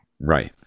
right